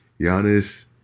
Giannis